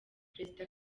perezida